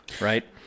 right